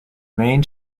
main